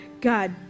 God